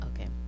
Okay